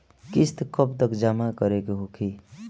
किस्त कब तक जमा करें के होखी?